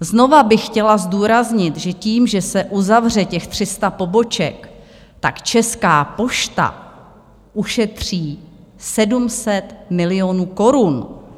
Znovu bych chtěla zdůraznit, že tím, že se uzavře těch 300 poboček, tak Česká pošta ušetří 700 milionů korun.